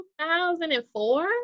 2004